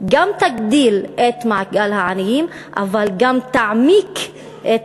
גם תגדיל את מעגל העניים אבל גם תעמיק את